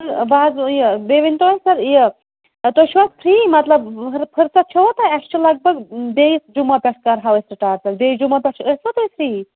بہٕ حظ یہِ بیٚیہِ ؤنتَو حظ سَر یہِ تُہۍ چھُو حظ فرٛی مطلب فرصت چھوا تۄہہِ اَسہِ چھُ لگ بگ بیٚیِس جُمعہ پٮ۪ٹھ کَرہَو أسۍ سِٹاٹ بیٚیِس جُمعہ پٮ۪ٹھ چھِ ٲسوا تُہۍ فِرٛی